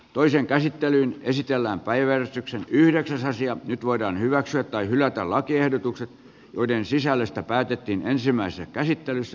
toisen käsittelyn esitellään päiväjärjestyksen yhdeksäs nyt voidaan hyväksyä tai hylätä lakiehdotukset joiden sisällöstä päätettiin ensimmäisessä käsittelyssä